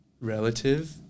relative